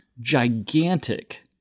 Gigantic